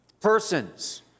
Persons